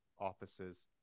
offices